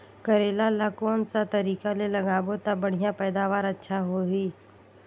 करेला ला कोन सा तरीका ले लगाबो ता बढ़िया पैदावार अच्छा होही?